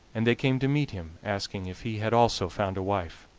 and they came to meet him, asking if he had also found a wife.